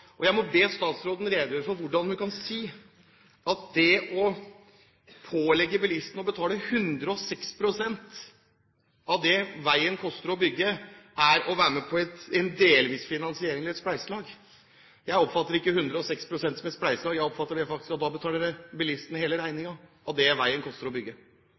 Jeg må be statsråden redegjøre for hvordan hun kan si at det å pålegge bilistene å betale 106 pst. av det veien koster å bygge er å være med på en «delvis finansiering» eller et spleiselag. Jeg oppfatter ikke 106 pst. som et spleiselag, jeg oppfatter det faktisk slik at da betaler bilistene hele regningen av det det koster å bygge